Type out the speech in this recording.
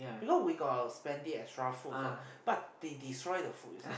because we got plenty extra food for but they destroy the food you see